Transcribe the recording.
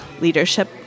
leadership